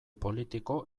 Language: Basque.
politiko